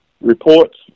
reports